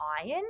iron